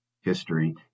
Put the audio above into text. history